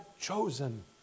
chosen